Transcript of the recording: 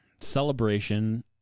celebration